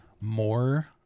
More